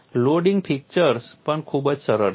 loading fixture પણ ખૂબ સરળ છે